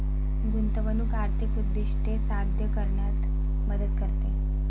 गुंतवणूक आर्थिक उद्दिष्टे साध्य करण्यात मदत करते